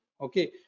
okay